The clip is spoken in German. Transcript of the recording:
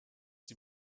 die